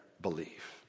believe